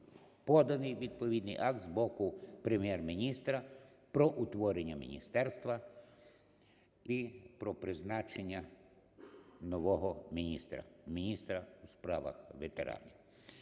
поданий відповідний акт з боку Прем'єр-міністра про утворення міністерства і про призначення нового міністра - міністра у справах ветеранів?